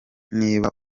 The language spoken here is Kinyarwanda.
niba